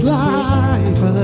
life